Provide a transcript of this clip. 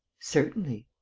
certainly.